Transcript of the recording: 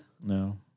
No